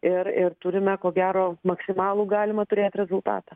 ir ir turime ko gero maksimalų galima turėti rezultatą